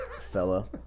fella